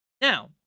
now